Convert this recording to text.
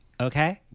Okay